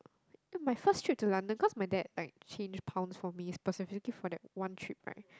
my first trip to London cause my dad like changed pounds for me specifically for that one trip right